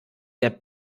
der